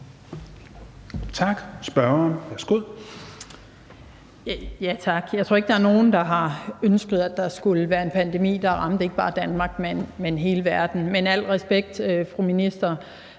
Tak. Spørgeren, værsgo.